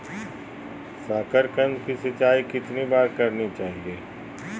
साकारकंद की सिंचाई कितनी बार करनी चाहिए?